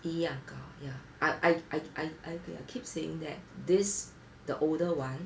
一样高 ya I I I I I I keep saying that this the older one